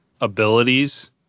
abilities